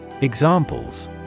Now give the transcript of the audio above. Examples